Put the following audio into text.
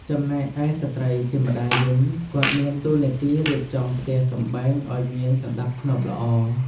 ចំណែកឯស្ត្រីជាម្តាយវិញ គាត់មានតួនាទីរៀបចំផ្ទះសម្បែងឲ្យមានសណ្តាប់ធ្នាប់ល្អ។